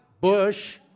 Bush